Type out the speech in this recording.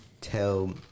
tell